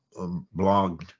blogged